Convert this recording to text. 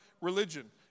religion